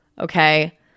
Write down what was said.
okay